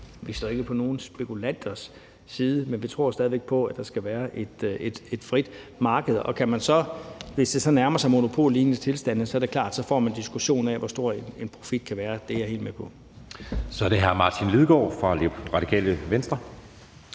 Vi står ikke på nogen spekulanters side, men vi tror stadig væk på, at der skal være et frit marked. Og hvis det så nærmer sig monopollignende tilstande, er det klart, at man får en diskussion af, hvor stor en profit kan være. Det er jeg helt med på. Kl. 16:43 Anden næstformand (Jeppe Søe): Så er